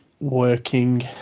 working